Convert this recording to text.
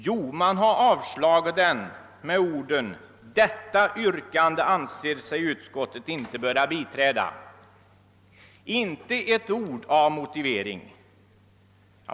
Jo, man har avstyrkt den med orden: »Detta yrkande anser sig utskottet inte böra biträda.» Inte ett ord av motivering!